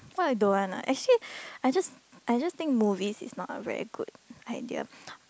what I don't want ah actually I just I just think movie is not a very good idea